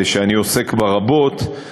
שאני עוסק בה רבות,